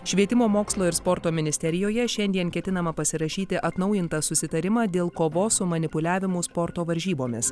švietimo mokslo ir sporto ministerijoje šiandien ketinama pasirašyti atnaujintą susitarimą dėl kovos su manipuliavimu sporto varžybomis